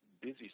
busy